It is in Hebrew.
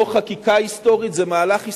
זו חקיקה היסטורית, זה מהלך היסטורי.